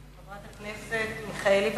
חברת הכנסת אנסטסיה מיכאלי,